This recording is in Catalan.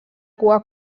cua